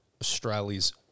Australia's